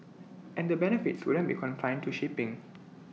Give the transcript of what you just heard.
and the benefits wouldn't be confined to shipping